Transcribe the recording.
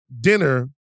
dinner